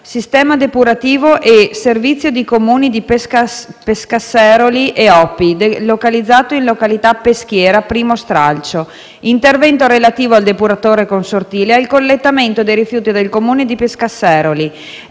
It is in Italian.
sistema depurativo a servizio dei Comuni di Pescasseroli e Opi, delocalizzato in località "Peschiera" - I stralcio; Intervento relativo al depuratore consortile e al collettamento dei reflui del Comune di Pescasseroli»